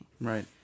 Right